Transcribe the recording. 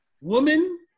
woman